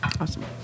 Awesome